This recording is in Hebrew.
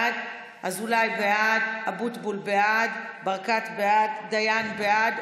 אזולאי, בעד, אבוטבול, בעד, ברקת, בעד, דיין, בעד.